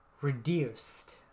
reduced